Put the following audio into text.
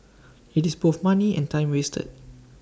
IT is both money and time wasted